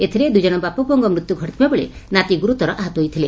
ଏଥିରେ ଦୁଇ ଜଣ ବାପା ପୁଅଙ୍କ ମୃତ୍ୟୁ ଘଟିଥିବାବେଳେ ନାତି ଗୁରୁତର ଆହତ ହୋଇଛନ୍ତି